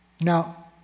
Now